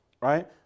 Right